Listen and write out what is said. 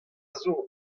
zour